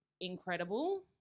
incredible